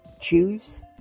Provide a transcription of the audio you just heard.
choose